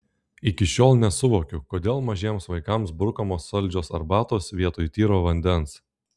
iki šiol nesuvokiu kodėl mažiems vaikams brukamos saldžios arbatos vietoj tyro vandens